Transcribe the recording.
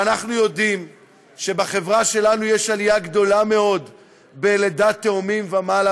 ואנחנו יודעים שבחברה שלנו יש עלייה גדולה מאוד בלידת תאומים ומעלה,